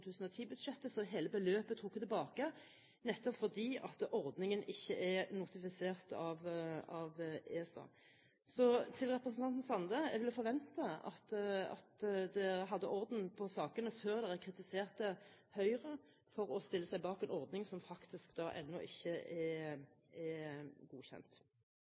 ESA. Så til representanten Sande: Jeg ville forventet at man hadde orden på sakene før man kritiserte Høyre for å stille seg bak en ordning som faktisk ennå ikke er godkjent.